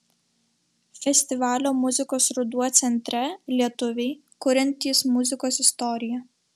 festivalio muzikos ruduo centre lietuviai kuriantys muzikos istoriją